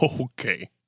Okay